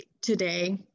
today